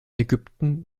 ägypten